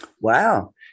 Wow